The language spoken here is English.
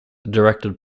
directed